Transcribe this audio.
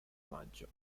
maggio